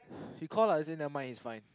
we call lah as in never mind it's fine